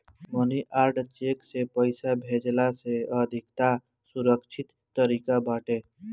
मनी order cheque से पईसा भेजला से अधिका सुरक्षित तरीका बाटे